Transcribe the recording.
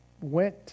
went